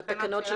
בתקנות.